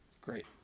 Great